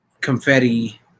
confetti